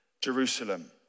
Jerusalem